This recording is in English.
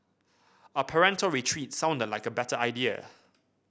a parental retreat sounded like a better idea